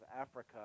Africa